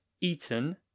eaten